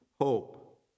Hope